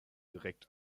direkt